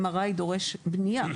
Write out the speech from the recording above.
MRI דורש בנייה.